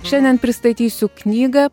šiandien pristatysiu knygą